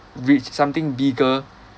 reach something bigger